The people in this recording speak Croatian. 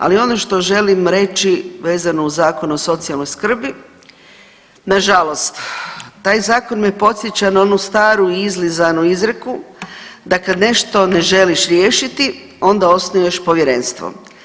Ali ono što želim reći vezano uz Zakon o socijalnoj skrbi, na žalost taj zakon me podsjeća na onu staru, izlizanu izreku da kad nešto ne želiš riješiti onda osnuješ povjerenstvo.